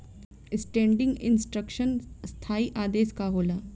Standing instruction स्थाई आदेश का होला?